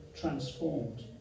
transformed